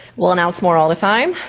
we'll announce more all the time.